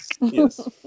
Yes